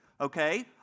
okay